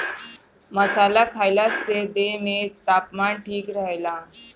मसाला खईला से देह में तापमान ठीक रहेला